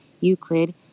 Euclid